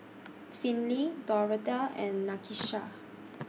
Finley Doretha and Nakisha